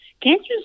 cancers